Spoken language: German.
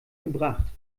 gebracht